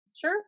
Sure